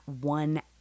one